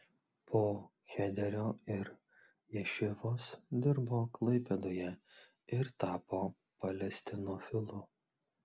po chederio ir ješivos dirbo klaipėdoje ir tapo palestinofilu